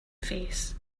face